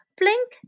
Blink